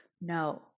No